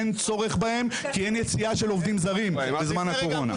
כי אין יציאה של עובדים זרים בזמן הקורונה.